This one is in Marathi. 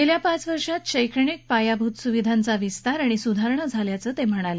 गेल्या पाच वर्षांत शैक्षणिक पायाभूत सुविधांचा विस्तार आणि सुधारणा झाल्याचं ते म्हणाले